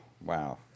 wow